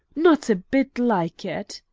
not bit like it!